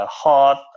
hot